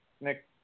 Nick